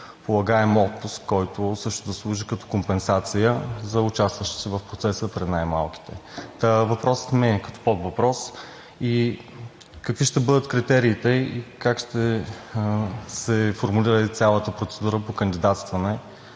полагаем отпуск, който също да служи като компенсация за участващите в процеса при най-малките. Въпросът ми е като подвъпрос: какви ще бъдат критериите и как сте формулирали цялата процедура по кандидатстване